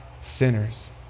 sinners